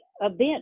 event